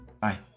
Bye